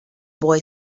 boy